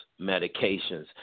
medications